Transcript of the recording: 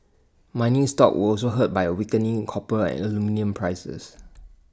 mining stocks were also hurt by A weakening in copper and aluminium prices